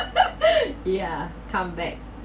ya come back